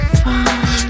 fine